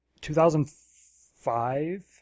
2005